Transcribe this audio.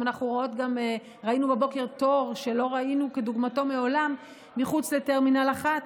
ראינו בבוקר תור שלא ראינו כדוגמתו מעולם מחוץ לטרמינל 1,